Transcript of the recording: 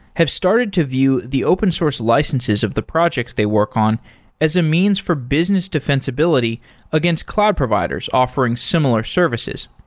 have started to view the open source licenses of the projects they work on as a means for business defensibility against cloud providers offering similar services.